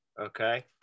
okay